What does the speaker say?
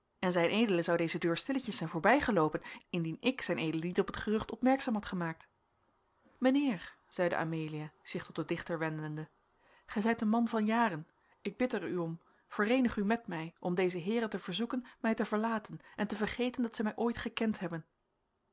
en zed zou deze deur stilletjes zijn voorbijgeloopen indien ik zed niet op het gerucht opmerkzaam had gemaakt mijnheer zeide amelia zich tot den dichter wendende gij zijt een man van jaren ik bid er u om vereenig u met mij om dezen heeren te verzoeken mij te verlaten en te vergeten dat zij mij ooit gekend hebben